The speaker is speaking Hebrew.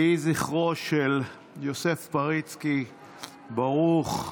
יהי זכרו של יוסף פריצקי ברוך.